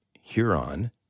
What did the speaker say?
Huron